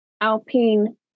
Alpine